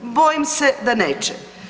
Bojim se da neće.